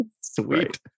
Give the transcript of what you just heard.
sweet